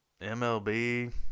MLB